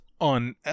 on